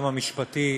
גם המשפטי,